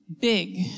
big